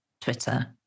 Twitter